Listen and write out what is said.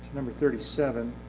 number thirty seven.